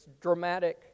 dramatic